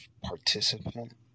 participant